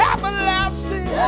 Everlasting